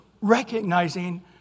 recognizing